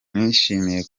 nishimiye